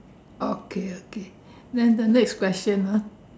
okay okay then the next question ah